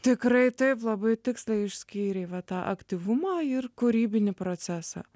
tikrai taip labai tiksliai išskyrei va tą aktyvumą ir kūrybinį procesą